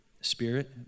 spirit